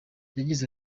yagize